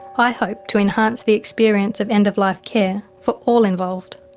i hope to enhance the experience of end-of-life care for all involved.